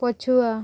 ପଛୁଆ